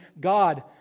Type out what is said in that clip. God